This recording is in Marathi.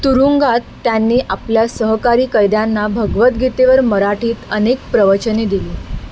तुरुंगात त्यांनी आपल्या सहकारी कैद्यांना भगवद्गीतेवर मराठीत अनेक प्रवचने दिली